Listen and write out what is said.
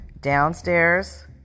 downstairs